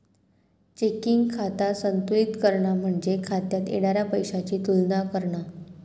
checking खाता संतुलित करणा म्हणजे खात्यात येणारा पैशाची तुलना करणा